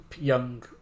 young